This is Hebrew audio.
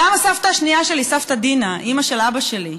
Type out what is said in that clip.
גם הסבתא השנייה שלי, סבתא דינה, אימא של אבא שלי,